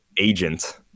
agent